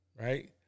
right